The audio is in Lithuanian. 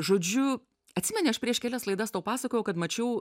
žodžiu atsimeni aš prieš kelias laidas tau pasakojau kad mačiau